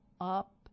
up